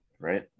right